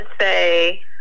say